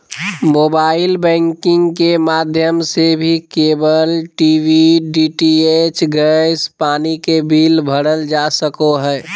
mobile banking के माध्यम से भी केबल टी.वी, डी.टी.एच, गैस, पानी के बिल भरल जा सको हय